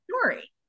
story